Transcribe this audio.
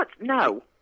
No